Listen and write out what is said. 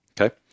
Okay